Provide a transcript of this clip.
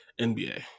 NBA